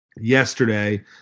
yesterday